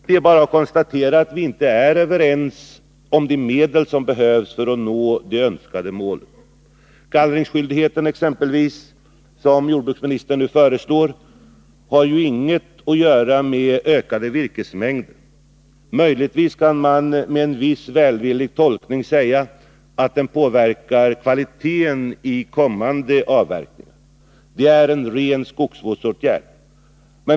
Det är bara att konstatera att vi inte är överens om de medel som behövs för att nå det önskade målet. Exempelvis gallringsskyldigheten, som jordbruksministern nu föreslår, har inget att göra med ökade virkesmängder. Möjligtvis kan man med en välvillig tolkning säga att den påverkar kvaliteten i kommande avverkningar. Det är här fråga om en ren skogsvårdsåtgärd.